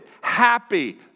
happy